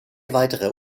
weitere